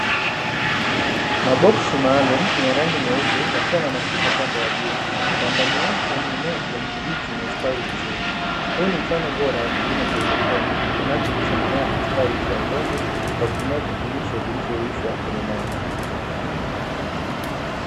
Maboksi maalumu yenye rangi nyeupe yakiwa na mashimo upande wa juu, na ndani yake mimea ya kijani kibichi imestawi vizuri. Huu ni mfano bora wa kilimo cha haidroponi kinachowezesha mimea kustawi bila udongo kwa kutumia virutubisho vilivyoyeyushwa kwenye maji.